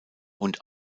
und